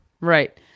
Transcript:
Right